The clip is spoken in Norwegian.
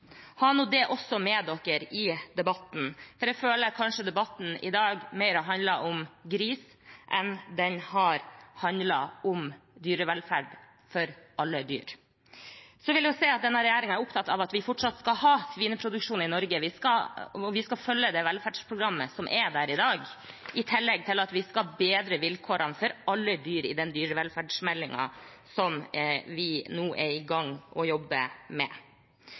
det også med dere i debatten, for jeg føler kanskje at debatten i dag mer har handlet om gris enn den har handlet om dyrevelferd for alle dyr. Jeg vil også si at denne regjeringen er opptatt av at vi fortsatt skal ha svineproduksjon i Norge. Vi skal følge det velferdsprogrammet som er der i dag, i tillegg til at vi skal bedre vilkårene for alle dyr i den dyrevelferdsmeldingen som vi nå er i gang med å jobbe med.